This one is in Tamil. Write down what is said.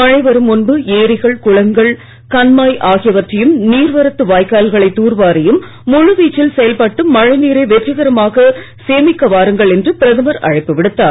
மழை வரும் முன்பு ஏரிகள் குளங்கள் கண்மாய்கள் ஆகியவற்றையும் நீர்வரத்து வாய்க்கால்களை தூர்வாரியும் முழுவீச்சில் செயல்பட்டு மழைநீரை வெற்றிகரமாக சேமிக்க வாருங்கள் என்று பிரதமர் அழைப்பு விடுத்தார்